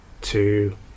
two